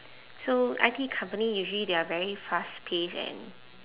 so I_T company usually they are very fast-paced and